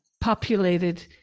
populated